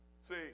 See